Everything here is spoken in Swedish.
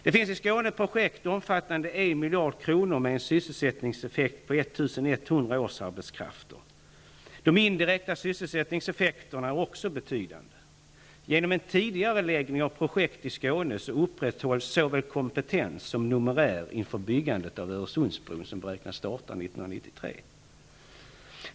I Skåne finns projekt omfattande 1 miljard kronor med en sysselsättningseffekt på 1 100 årsarbetskrafter. De indirekta sysselsättningseffekterna är också betydande. Genom en tidigareläggning av projekt i Skåne upprätthålls såväl kompetens som numerär inför byggandet av Öresundsbron, som beräknas påbörjas 1993.